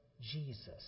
Jesus